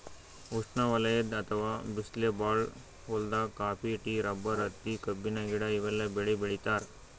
ಉಷ್ಣವಲಯದ್ ಅಥವಾ ಬಿಸ್ಲ್ ಭಾಳ್ ಹೊಲ್ದಾಗ ಕಾಫಿ, ಟೀ, ರಬ್ಬರ್, ಹತ್ತಿ, ಕಬ್ಬಿನ ಗಿಡ ಇವೆಲ್ಲ ಬೆಳಿ ಬೆಳಿತಾರ್